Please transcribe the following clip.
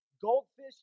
goldfish